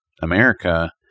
America